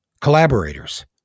collaborators